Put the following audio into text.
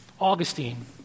Augustine